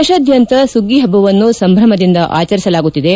ದೇಶಾದ್ಯಂತ ಸುಗ್ಗಿ ಹಬ್ಬವನ್ನು ಸಂಭ್ರಮದಿಂದ ಆಚರಿಸಲಾಗುತ್ತಿದೆ